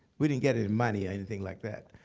we didn't get any money or anything like that,